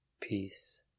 peace